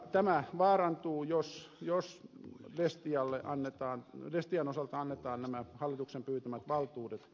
tämä vaarantuu jos destian osalta annetaan nämä hallituksen pyytämät valtuudet